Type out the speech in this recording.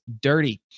dirty